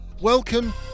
Welcome